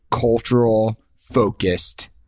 cultural-focused